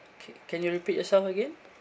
okay can you repeat yourself again